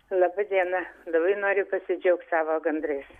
laba diena labai noriu pasidžiaugt savo gandrais